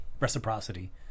reciprocity